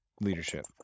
leadership